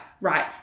right